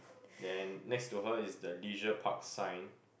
then next to her is the leisure park sign